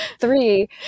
three